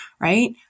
right